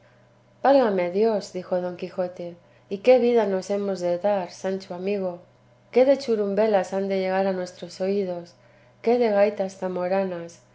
válame dios dijo don quijote y qué vida nos hemos de dar sancho amigo qué de churumbelas han de llegar a nuestros oídos qué de gaitas zamoranas